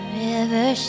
river